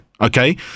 okay